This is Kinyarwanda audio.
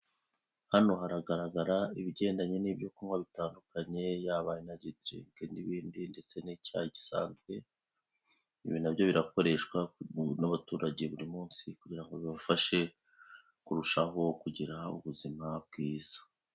Hano haragaragara ibigendanye n'ibyo kunywa bitandukanye yaba inaji dirinki n'ibindi ndetse n'icyayi gisanzwe, ibi nabyo birakoreshwa n'abaturage buri munsi kugira ngo bibafashe kurushaho kugira ubuzima bwiza.